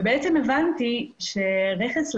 ובעצם הבנתי שרכס לבן,